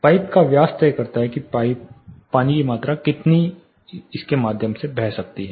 pipe का व्यास तय करता है कि पानी की कितनी मात्रा इसके माध्यम से बह सकती है